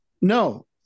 No